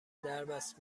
دربست